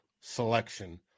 selection